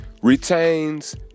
Retains